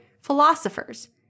philosophers